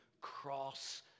cross